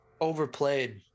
overplayed